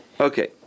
Okay